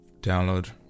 download